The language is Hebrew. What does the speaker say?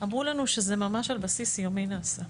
אמרו לנו שזה ממש על בסיס יומי נעשה.